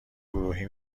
گروهی